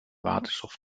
waterstof